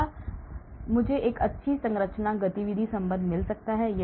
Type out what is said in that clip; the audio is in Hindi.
क्या मुझे एक अच्छी संरचना गतिविधि संबंध मिल सकता है